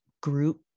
group